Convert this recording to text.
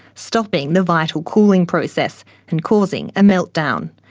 stopping the vital cooling process and causing a meltdown.